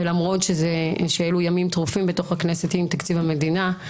ולמרות שאלו ימים טרופים בכנסת עם תקציב המדינה,